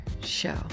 show